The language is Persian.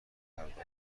پرداخته